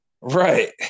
Right